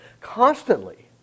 constantly